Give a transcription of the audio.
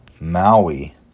Maui